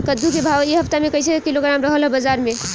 कद्दू के भाव इ हफ्ता मे कइसे किलोग्राम रहल ह बाज़ार मे?